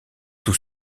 tout